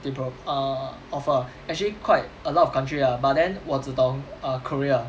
they pro~ err offer actually quite a lot of country lah but then 我只懂 err korea